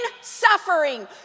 suffering